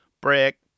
Brick